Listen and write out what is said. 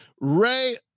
Ray